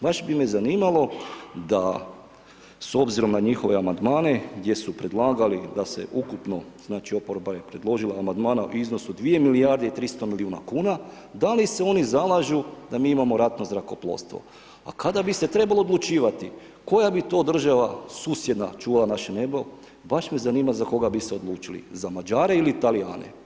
Baš bi me zanimalo da s obzirom na njihove amandmane gdje su predlagali da se ukupno, znači, oporba je predložila amandmana u iznosu 2 milijarde i 300 milijuna kuna, da li se oni zalažu da mi imamo ratno zrakoplovstvo, a kada bi se trebalo odlučivati koja bi to država susjedna čuvala naše nebo, baš me zanima za koga bi se odlučili, za Mađare ili Talijane.